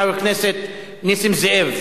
חבר הכנסת נסים זאב.